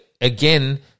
again